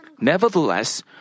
Nevertheless